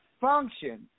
function